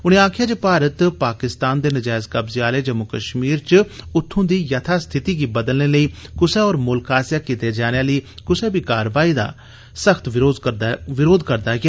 उनें आक्खेया जे भारत पाकिस्तान दे नजैज कब्जे आले जम्मू कश्मीर च उत्थू दी यथास्थिति गी बदलने लेई क्सै होर मुल्ख आसेया कीते जाने आली क्सै बी कारवाई दा सख्त विरोध करदा ऐ